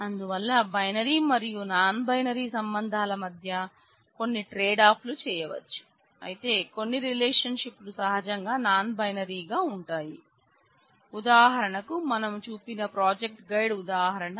అందువల్ల బైనరీ మరియు non binary సంబంధాల మధ్య కొన్ని ట్రేడ్ ఆఫ్ లు చేయవచ్చు అయితే కొన్ని రిలేషన్షిప్లు సహజంగా నాన్ బైనరీ గా ఉంటాయి ఉదాహరణకు మనం చూసిన ప్రాజెక్ట్ గైడ్ ఉదాహరణ